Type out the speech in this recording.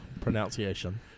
Pronunciation